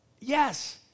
Yes